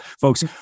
folks